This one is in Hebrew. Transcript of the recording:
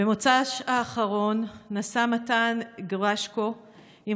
במוצאי שבת האחרון נסע מתן גרשקו עם